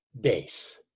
days